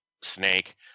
Snake